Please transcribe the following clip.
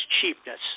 cheapness